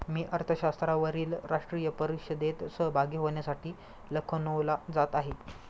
मी अर्थशास्त्रावरील राष्ट्रीय परिषदेत सहभागी होण्यासाठी लखनौला जात आहे